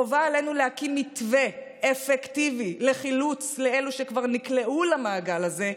חובה עלינו להקים מתווה אפקטיבי לחילוץ אלה שכבר נקלעו למעגל הזה,